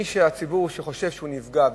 ציבור שחושב שהוא נפגע,